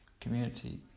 community